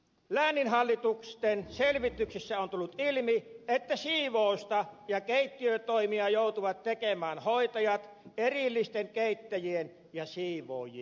lääninhallitusten selvityksissä on tullut ilmi että siivousta ja keittiötoimia joutuvat tekemään hoitajat erillisten keittäjien ja siivoojien sijaan